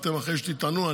בסוף אחרי שתטענו,